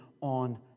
on